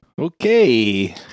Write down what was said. Okay